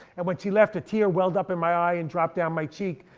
and when she left a tear welled up in my eye and dropped down my cheek.